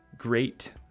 great